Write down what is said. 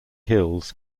hills